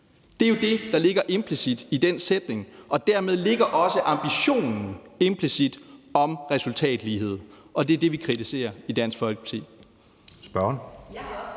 Det er jo det, der ligger implicit i den sætning, og dermed ligger der implicit også ambitionen om resultatlighed, og det er det, vi kritiserer i Dansk Folkeparti.